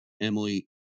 Emily